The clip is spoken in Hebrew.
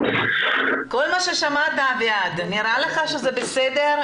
כל מה ששמעת, נראה לך שזה בסדר?